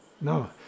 No